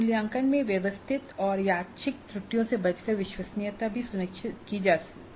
मूल्यांकन में व्यवस्थित और यादृच्छिक त्रुटियों से बचकर विश्वसनीयता भी सुनिश्चित की जाती है